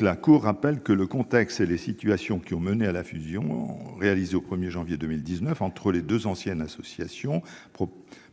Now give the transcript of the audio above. la Cour rappelle le contexte et les situations qui ont mené à la fusion réalisée au 1 janvier 2019 entre les deux anciennes associations